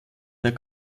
der